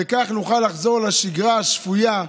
וכך נוכל לחזור לשגרה השפויה.